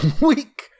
week